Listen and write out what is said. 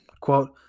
quote